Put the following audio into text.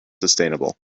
sustainable